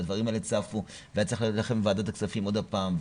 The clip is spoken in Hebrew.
והדברים האלה צפו והיה צריך ללכת לוועדת הכספים עוד פעם,